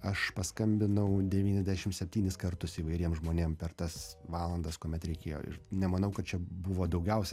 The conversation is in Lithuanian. aš paskambinau devyniasdešim septynis kartus įvairiem žmonėm per tas valandas kuomet reikėjo nemanau kad čia buvo daugiausia